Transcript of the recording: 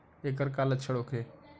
ऐकर का लक्षण होखे?